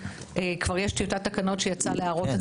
וכבר יש טיוטת תקנות שיצאה להערות הציבור.